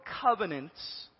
covenants